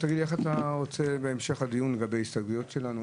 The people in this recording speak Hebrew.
איך המשך הדיון, עם ההסתייגויות שלנו?